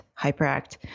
Hyperact